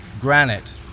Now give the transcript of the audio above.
granite